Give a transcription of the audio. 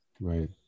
right